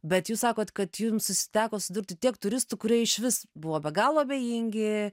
bet jūs sakot kad jums teko susidurti tiek turistų kurie išvis buvo be galo abejingi